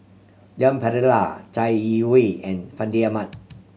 Leon Perera Chai Yee Wei and Fandi Ahmad